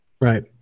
Right